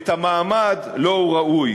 את המעמד שלו הוא ראוי: